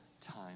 time